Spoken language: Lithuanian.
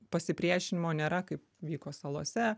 pasipriešinimo nėra kaip vyko salose